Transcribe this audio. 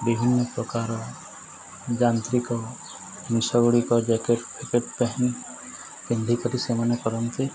ବିଭିନ୍ନ ପ୍ରକାର ଯାନ୍ତ୍ରିକ ଜିନିଷ ଗୁଡ଼ିକ ଜ୍ୟାକେଟ୍ ଫ୍ୟାକେଟ୍ ପେନ ପିନ୍ଧିକରି ସେମାନେ କରନ୍ତି